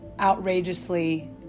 outrageously